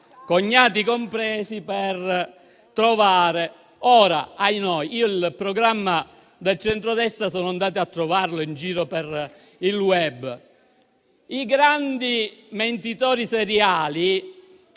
cognati compresi per trovare il programma. Ora, ahinoi, il programma del centrodestra sono andato a cercarlo in giro per il *web*. I grandi mentitori seriali,